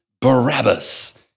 Barabbas